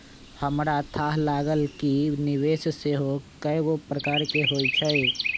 हमरा थाह लागल कि निवेश सेहो कएगो प्रकार के होइ छइ